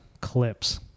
clips